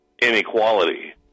Inequality